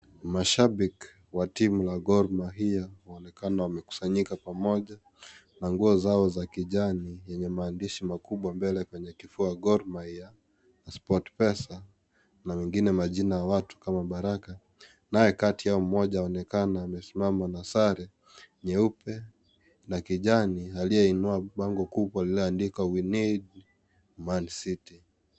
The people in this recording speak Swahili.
Mashabiki wa timu la Gor Mahia wanaonekana wamekusanyika pamoja na nguo zao za kijani zenye maandishi makubwa mbele kwenye kifua Gor Mahia , Sport Pesa na wengine majina ya watu kama Maraka naye kati yao mmoja anaonekana amesimama na sare nyeupe na kijani aliyeinua bango kubwa lililoandikwa we need Mancity.